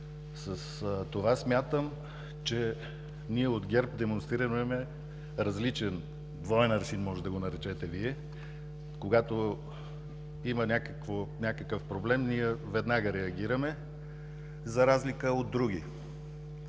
С това смятам, че ние от ГЕРБ демонстрираме различен, двоен аршин може да го наречете Вие, когато има някакъв проблем, ние веднага реагираме, за разлика от други.